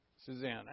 Suzanne